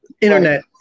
internet